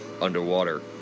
underwater